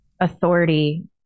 authority